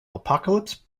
apocalypse